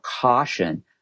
caution